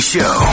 Show